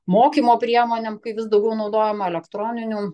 mokymo priemonėm kai vis daugiau naudojama elektroninių